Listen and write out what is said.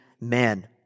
men